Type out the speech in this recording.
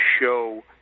show